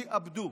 שעבדו.